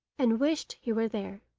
and wished he were there.